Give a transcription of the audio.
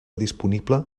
disponible